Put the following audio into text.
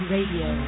Radio